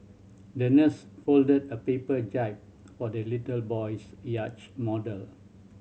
the nurse folded a paper jib for the little boy's yacht model